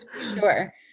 sure